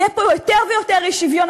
יהיה פה יותר ויותר אי-שוויון,